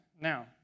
Now